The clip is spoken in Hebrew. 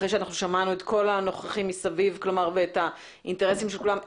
אחרי שאנחנו שמענו את כל הנוכחים מסביב ואת האינטרסים של כולם,